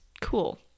cool